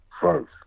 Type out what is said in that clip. first